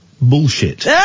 bullshit